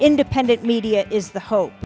independent media is the hope